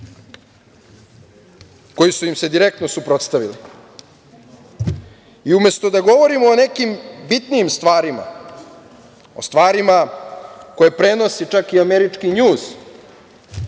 koji su im se direktno suprotstavili. Umesto da govorimo o nekim bitnijim stvarima, o stvarima koje prenosi čak i američki "Njuz",